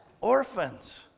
orphans